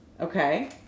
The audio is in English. Okay